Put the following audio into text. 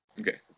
Okay